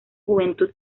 juventud